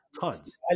tons